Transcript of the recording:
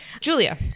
Julia